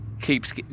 keeps